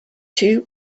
two